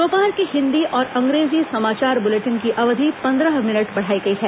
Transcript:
दोपहर के हिन्दी और अंग्रेजी समाचार बुलेटिन की अवधि पन्द्रह मिनट बढ़ाई गई है